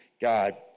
God